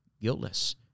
guiltless